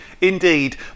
Indeed